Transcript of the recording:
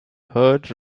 herd